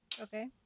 Okay